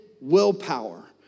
willpower